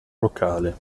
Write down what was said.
locale